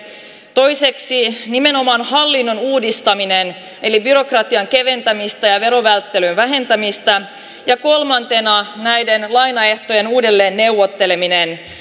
toiseksi nimenomaan hallinnon uudistaminen eli byrokratian keventämistä ja verovälttelyn vähentämistä ja kolmantena näiden lainaehtojen uudelleen neuvotteleminen